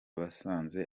basanze